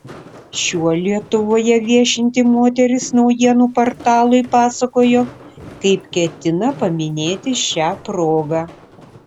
šiuo lietuvoje viešinti moteris naujienų portalui pasakojo kaip ketina paminėti šią progą